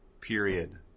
period